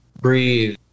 breathe